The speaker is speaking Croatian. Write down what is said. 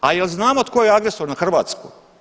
A jel' znamo tko je agresor na Hrvatsku?